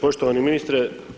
poštovani ministre.